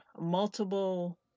multiple